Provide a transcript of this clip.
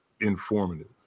informative